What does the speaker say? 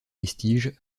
vestiges